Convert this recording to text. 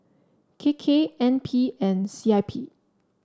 K K N P and C I P